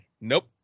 Nope